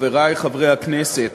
חברי חברי הכנסת,